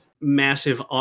massive